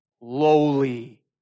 lowly